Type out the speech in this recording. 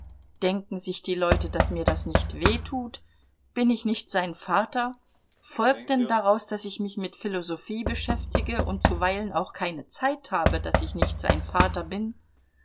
denken sich die leute daß mir das nicht weh tut bin ich nicht sein vater folgt denn daraus daß ich mich mit philosophie beschäftige und zuweilen auch keine zeit habe daß ich nicht sein vater bin